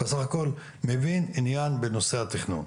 הוא בסך הכל מבין עניין בנושא התכנון.